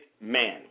man